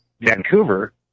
Vancouver